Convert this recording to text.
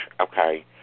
okay